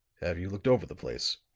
have you looked over the place?